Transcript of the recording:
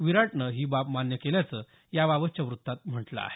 विराटने ही बाब मान्य केल्याचं याबाबतच्या वृत्तात म्हटल आहे